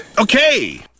Okay